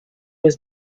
was